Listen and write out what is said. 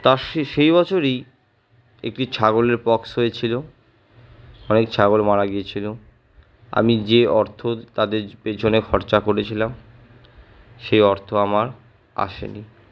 তা সেই বছরই একটি ছাগলের পক্স হয়েছিল অনেক ছাগল মারা গিয়েছিল আমি যে অর্থ তাদের পিছনে খরচা করেছিলাম সেই অর্থ আমার আসেনি